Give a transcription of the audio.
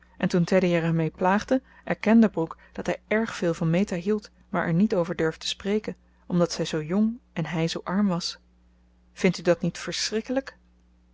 en toen teddy er hem mee plaagde erkende brooke dat hij erg veel van meta hield maar er niet over durfde spreken omdat zij zoo jong en hij zoo arm was vindt u dat niet verschrikkelijk